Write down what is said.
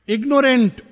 Ignorant